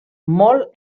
molt